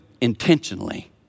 intentionally